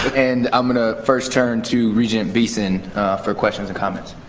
and i'm gonna first turn to regent beeson for questions and comments.